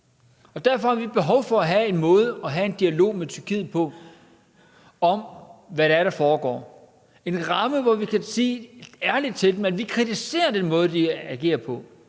Derfor har vi behov for at have en måde at have en dialog med Tyrkiet på, altså om, hvad det er, der foregår, en ramme, hvor vi kan sige ærligt til dem, at vi kritiserer den måde, de agerer på;